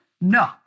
No